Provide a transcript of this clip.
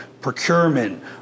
procurement